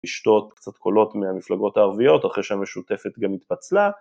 לשתות קצת קולות מהמפלגות הערביות, אחרי שהמשותפת גם התפצלה.